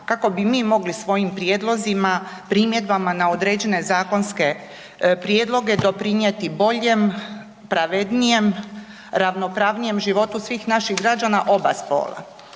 kako bi mi mogli svojim prijedlozima, primjedbama na određene zakonske prijedloge doprinijeti boljem, pravednijem, ravnopravnijem životu svih naših građana oba spola.